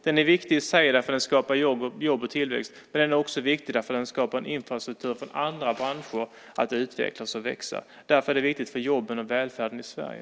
Den är viktig i sig, för den skapar jobb och tillväxt, men den är också viktig för att den skapar infrastruktur för andra branscher att utvecklas och växa. Därför är det viktigt för jobben och välfärden i Sverige.